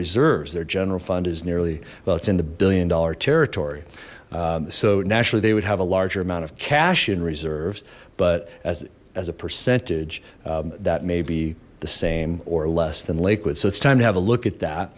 reserves their general fund is nearly well it's in the billion dollar territory so naturally they would have a larger amount of cash in reserves but as a percentage that may be the same or less than lakewood so it's time to have a look at that